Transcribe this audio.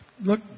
look